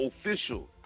official